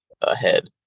ahead